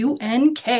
UNK